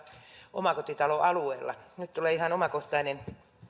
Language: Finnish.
omakotitaloalueella nyt tulee ihan omakohtainen